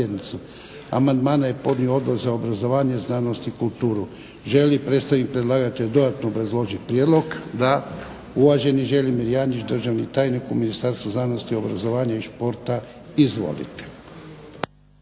Amandmane je podnio Odbor za obrazovanje, znanost i kulturu. Želi li predstavnik predlagatelja dodatno obrazložiti prijedlog? Da. Uvaženi Želimir Janjić, državni tajnik u Ministarstvu obrazovanja, znanosti i športa. Izvolite.